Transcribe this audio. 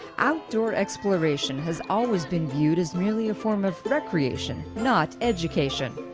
outdoor exploration has always been viewed as merely a form of recreation, not education.